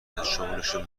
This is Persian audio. ازشغلشون